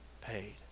paid